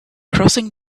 crossing